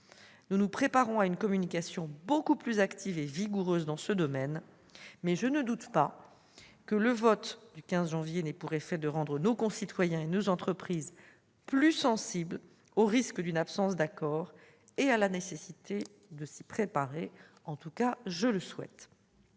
Nous nous préparons à une communication beaucoup plus active et vigoureuse dans ce domaine, mais- je n'en doute pas -le vote du 15 janvier dernier aura pour effet de rendre nos concitoyens et nos entreprises plus sensibles aux risques d'une absence d'accord et à la nécessité de s'y préparer. Enfin, je vous